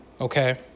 Okay